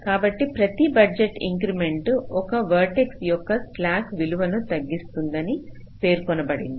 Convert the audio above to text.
కాబట్టి ప్రతి budget increment ఒక వెర్టెక్ష్ యొక్క స్లాక్ విలువను తగ్గిస్తుందని పేర్కొనబడింది